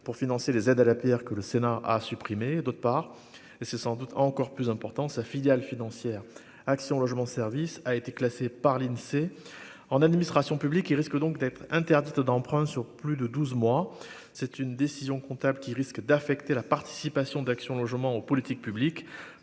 pour financer les aides à la Pierre, que le Sénat a supprimé d'autre part, et c'est sans doute encore plus important, sa filiale financière Action Logement service a été classé par l'Insee en administration publique risque donc d'être interdite d'emprunt sur plus de 12 mois c'est une décision comptable qui risque d'affecter la participation d'Action Logement aux politiques publiques,